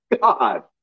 God